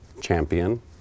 Champion